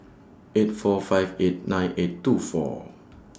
eight four five eight nine eight two four